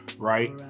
right